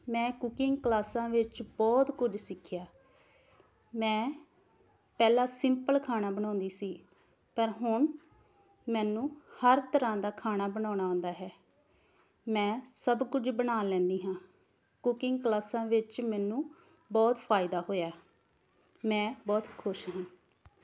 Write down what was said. ਮੈਂ ਕੁਕਿੰਗ ਕਲਾਸਾਂ ਵਿੱਚ ਬਹੁਤ ਕੁਝ ਸਿੱਖਿਆ ਮੈਂ ਪਹਿਲਾਂ ਸਿੰਪਲ ਖਾਣਾ ਬਣਾਉਂਦੀ ਸੀ ਪਰ ਹੁਣ ਮੈਨੂੰ ਹਰ ਤਰ੍ਹਾਂ ਦਾ ਖਾਣਾ ਬਣਾਉਣਾ ਆਉਂਦਾ ਹੈ ਮੈਂ ਸਭ ਕੁਝ ਬਣਾ ਲੈਂਦੀ ਹਾਂ ਕੁਕਿੰਗ ਕਲਾਸਾਂ ਵਿੱਚ ਮੈਨੂੰ ਬਹੁਤ ਫਾਇਦਾ ਹੋਇਆ ਮੈਂ ਬਹੁਤ ਖੁਸ਼ ਹਾਂ